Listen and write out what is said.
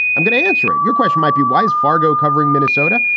i'm going to answer it. your question might be, why is fargo covering minnesota?